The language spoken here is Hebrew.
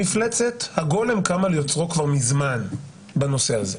המפלצת, הגולם קם על יוצרו כבר מזמן בנושא הזה.